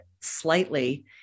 slightly